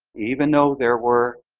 even though there were